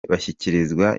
bashyikirizwa